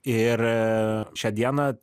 ir šią dieną